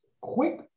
quick